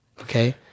Okay